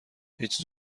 هیچ